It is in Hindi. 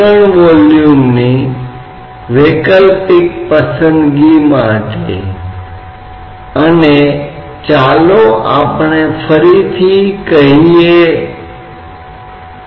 और यह उन बुनियादी सिद्धांतों में से एक है जो हम अंतर के मापने के लिए उपयोग करते हैं जैसा कि आपने पहले के मैनोमीटर के उदाहरणों में देखा है